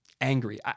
angry